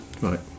Right